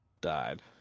died